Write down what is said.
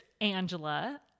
Angela